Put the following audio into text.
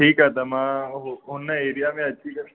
ठीकु आहे मां हुन एरिया में अची करे